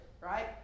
right